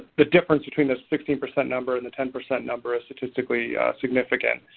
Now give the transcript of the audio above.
the difference between the sixteen percent number and the ten percent number is statistically significant.